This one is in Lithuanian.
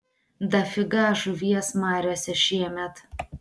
dafiga žuvies mariose šiemet